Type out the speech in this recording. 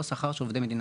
לא שכר של עובדי מדינה.